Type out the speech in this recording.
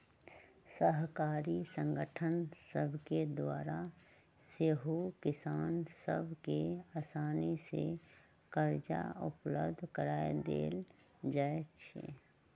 सहकारी संगठन सभके द्वारा सेहो किसान सभ के असानी से करजा उपलब्ध करा देल जाइ छइ